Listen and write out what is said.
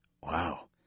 Wow